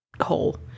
hole